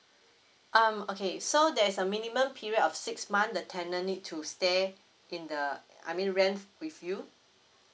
um okay so there's a minimum period of six months the tenant need to stay in the err I mean rent with you